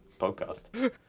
podcast